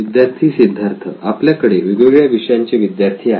विद्यार्थी सिद्धार्थ आपल्याकडे वेगवेगळ्या विषयांचे विद्यार्थी आहेत